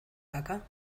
caca